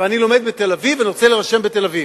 ואני לומד בתל-אביב ואני רוצה להירשם בתל-אביב.